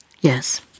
Yes